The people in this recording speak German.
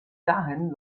dahin